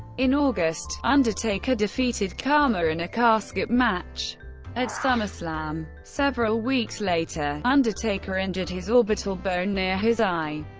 in august, undertaker defeated kama in a casket match at summerslam. several weeks later, undertaker injured his orbital bone near his eye,